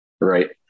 right